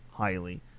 highly